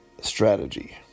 Strategy